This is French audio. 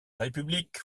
république